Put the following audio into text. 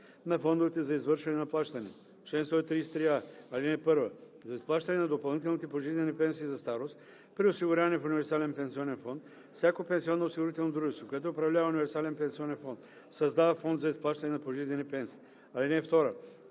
на фондовете за извършване на плащания Чл. 133а. (1) За изплащане на допълнителните пожизнени пенсии за старост при осигуряване в универсален пенсионен фонд всяко пенсионноосигурително дружество, което управлява универсален пенсионен фонд, създава фонд за изплащане на пожизнени пенсии. (2) За